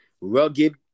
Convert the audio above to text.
rugged